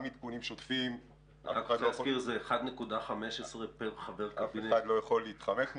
עדכונים שוטפים ---- אף אחד לא יכול להתחמק מזה.